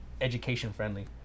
education-friendly